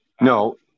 No